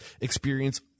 experience